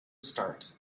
start